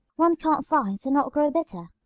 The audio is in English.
one can't fight and not grow bitter.